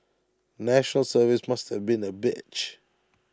National Service must have been A bitch